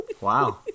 Wow